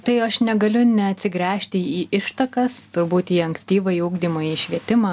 tai aš negaliu neatsigręžti į ištakas turbūt į ankstyvąjį ugdymą į švietimą